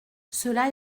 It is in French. cela